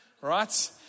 right